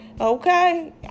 okay